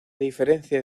diferencia